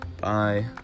Bye